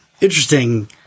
interesting